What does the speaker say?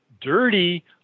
dirty